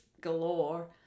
galore